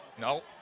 No